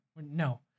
no